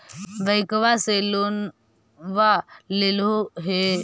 बैंकवा से लोनवा लेलहो हे?